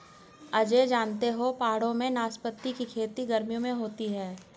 अजय जानते हो पहाड़ों में नाशपाती की खेती गर्मियों में होती है